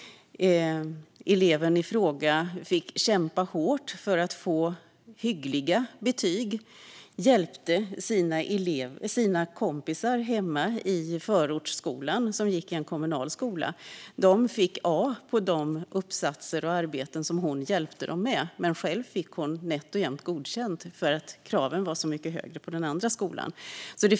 Eleven i fråga fick kämpa hårt för att få hyggliga betyg och hjälpte sina kompisar hemma i den kommunala förortsskolan. De fick A på de uppsatser och arbeten som hon hjälpte dem med. Själv fick hon nätt och jämnt godkänt, eftersom kraven var så mycket högre på den andra skolan.